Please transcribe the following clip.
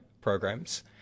programs